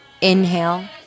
Inhale